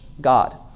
god